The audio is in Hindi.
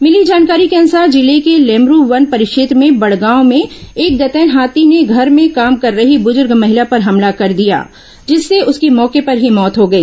मिली जानकारी के अनुसार जिले के लेमरू वन परिक्षेत्र के बड़गांव में एक दंतैल हाथी ने घर में काम कर रही बुजुर्ग महिला पर हमला कर दिया जिससे उसकी मौके पर ही मौत हो गई